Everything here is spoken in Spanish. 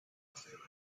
acero